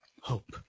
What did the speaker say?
hope